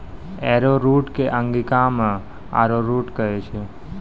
arrowroot कॅ अंगिका मॅ अरारोट कहै छै